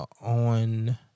on